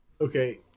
Okay